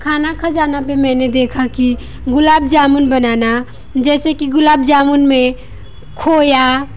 खाना खज़ाना पर मैंने देखा कि गुलाब जामुन बनाना जैसे कि गुलाब जामुन में खोया